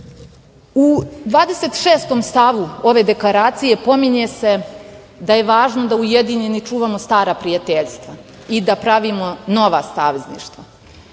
U 26 stavu ove deklaracije pominje se da je važno da ujedinjeni čuvamo stara prijateljstva i da pravimo nova savezništva. Baš